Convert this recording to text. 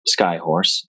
Skyhorse